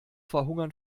verhungern